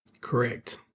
Correct